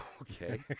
okay